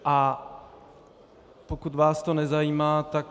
A pokud vás to nezajímá, tak...